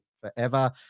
forever